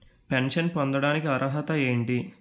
Pension పొందడానికి అర్హత ఏంటి?